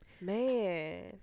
man